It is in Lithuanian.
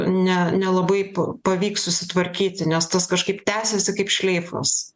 ne nelabai pavyks susitvarkyti nes tas kažkaip tęsiasi kaip šleifas